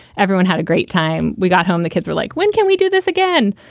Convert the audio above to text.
everyone had a great time. we got home the kids were like, when can we do this again?